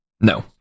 No